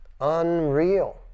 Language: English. Unreal